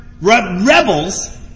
rebels